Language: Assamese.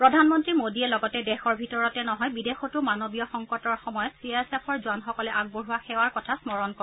প্ৰধানমন্ত্ৰী মোদীয়ে লগতে দেশৰ ভিতৰতে নহয় বিদেশতো মানৱীয় সংকটৰ সময়ত চি আই এছ এফৰ জোৱানসকলে আগবঢ়োৱা সেৱাৰ কথা স্মৰণ কৰে